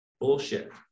Bullshit